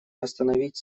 остановить